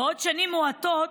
בעוד שנים מועטות,